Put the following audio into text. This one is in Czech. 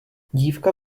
dívka